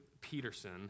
Peterson